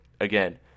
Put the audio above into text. again